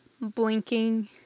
blinking